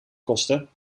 kosten